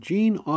Gene